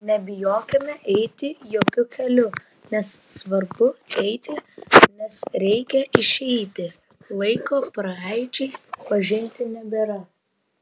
nebijokime eiti jokiu keliu nes svarbu eiti nes reikia išeiti laiko praeičiai pažinti nebėra